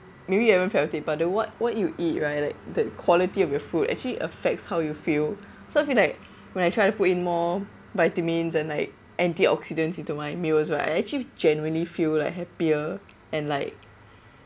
maybe you haven't feel it but the what what you eat right like the quality of food actually affects how you feel so if you like when I try to put in more vitamins and like antioxidants into my meals right I actually genuinely feel like happier and like